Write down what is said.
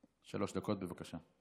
דקות, בבקשה.